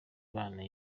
bana